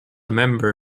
member